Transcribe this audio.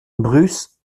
bruce